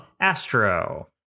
Astro